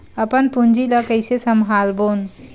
अपन पूंजी ला कइसे संभालबोन?